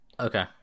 Okay